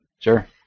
Sure